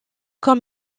comme